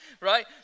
Right